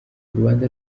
urwanda